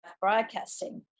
broadcasting